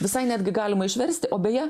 visai netgi galima išversti o beje